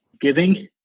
giving